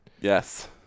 Yes